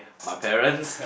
my parents